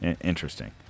Interesting